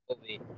movie